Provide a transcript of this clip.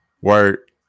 work